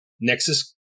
Nexus